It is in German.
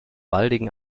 baldigen